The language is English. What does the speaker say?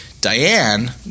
Diane